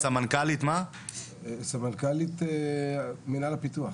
שהיא סמנכ"לית מינהל הפיתוח